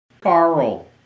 Carl